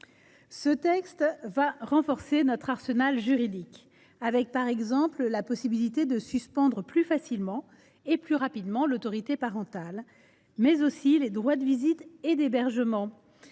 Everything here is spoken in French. Ce texte va renforcer notre arsenal juridique en permettant, par exemple, de suspendre plus facilement et plus rapidement l’autorité parentale, mais aussi les droits de visite et d’hébergement,